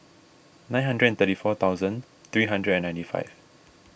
nine hundred and thirty four thousand three hundred and ninety five